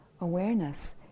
awareness